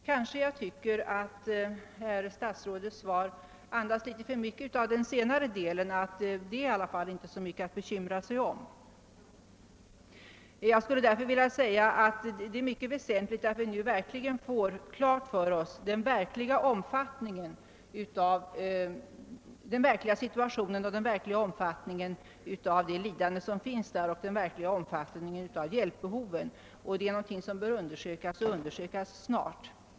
Utrikesministerns svar andades möjligen litet för mycket av det, alltså att det inte är så mycket att bekymra sig om. Det är mycket väsentligt att vi nu får klart för oss hurdan situationen är, den verkliga omfattningen av lidandena i Nigeria och vilka behov som föreligger. Del är något som bör undersökas — och undersökas snart!